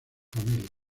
familia